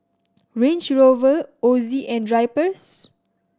Range Rover Ozi and Drypers